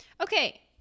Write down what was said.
Okay